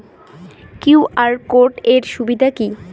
QR code এর সুবিধা কি?